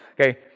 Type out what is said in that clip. Okay